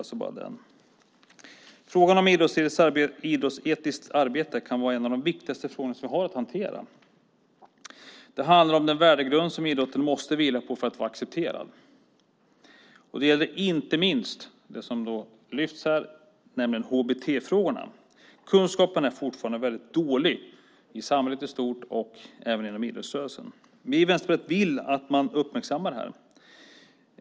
Frågan om idrottsetiskt arbete är kanske en av de viktigaste frågorna som vi har att hantera. Det handlar om den värdegrund som idrotten måste vila på för att vara accepterad. Inte minst gäller det hbt-frågorna som här lyfts fram. Kunskapen på området är fortfarande väldigt dålig både i samhället i stort och inom idrottsrörelsen. Vi i Vänsterpartiet vill att detta uppmärksammas.